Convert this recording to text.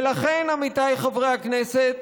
לכן, עמיתיי חברי הכנסת,